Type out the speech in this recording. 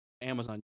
amazon